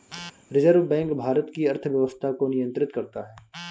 reserve bank Bharat की अर्थव्यवस्था को नियन्त्रित करता है